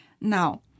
Now